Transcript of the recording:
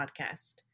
Podcast